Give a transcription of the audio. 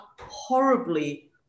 horribly